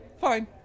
Fine